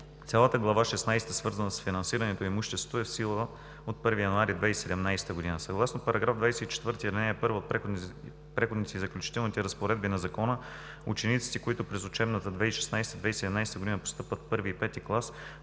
Цялата Глава шестнадесета, свързана с финансираното и имуществото е в сила от 1 януари 2017 г. Съгласно § 24, ал. 1 от Предходните и заключителните разпоредби на Закона, учениците, които през учебната 2016/2017 г. постъпват в първи